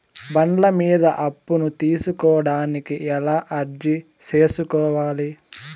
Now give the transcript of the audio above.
బండ్ల మీద అప్పును తీసుకోడానికి ఎలా అర్జీ సేసుకోవాలి?